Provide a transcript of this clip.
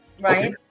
right